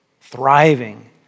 thriving